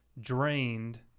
drained